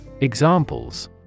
Examples